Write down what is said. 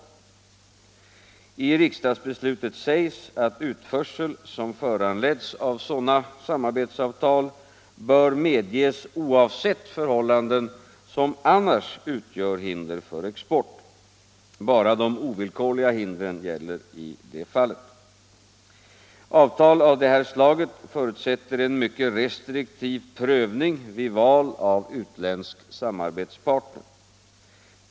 I riksdagsbeslutet sägs att utförsel som föranleds av sådana samarbetsavtal bör medges oavsett förhållanden som annars utgör hinder för export. Bara de ovillkorliga hindren gäller i detta fall. Avtal av det här slaget förutsätter en mycket restriktiv prövning vid val av utländsk samarbetspartner.